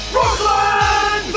Brooklyn